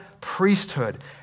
priesthood